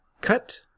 Cut